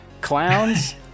Clowns